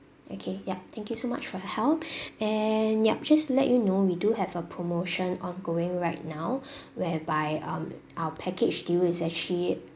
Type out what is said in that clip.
okay yup thank you so much for your help and yup just to let you know we do have a promotion ongoing right now whereby um our package deal is actually